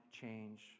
change